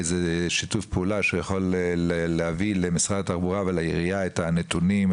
איזה שיתוף פעולה שיכול להביא למשרד התחבורה ולעירייה את הנתונים,